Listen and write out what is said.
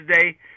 today